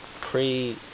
pre-